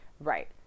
right